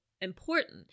Important